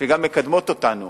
שגם מקדמות אותנו,